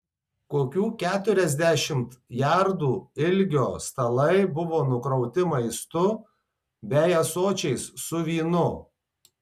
kokių keturiasdešimt jardų ilgio stalai buvo nukrauti maistu bei ąsočiais su vynu